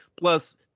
Plus